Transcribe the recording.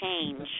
change